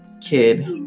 kid